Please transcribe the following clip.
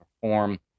perform